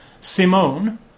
Simone